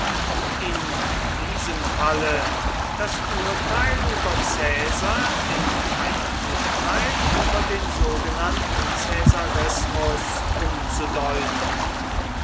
in diesem falle das urteil über caesar in ein urteil über den sogenannten caesarismus umzudeuten